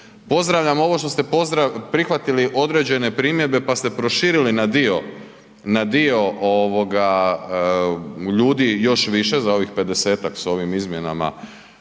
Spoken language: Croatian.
Pozdravljam ovo što ste prihvatili određene primjedbe, pa ste proširili na dio, na dio ovoga ljudi još više, za ovih 50-tak s ovim izmjenama